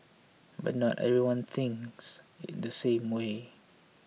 but not everyone thinks in the same way